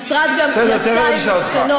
אבל אני לא, המשרד גם יצא עם מסקנות.